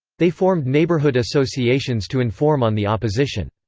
they formed neighborhood associations to inform on the opposition.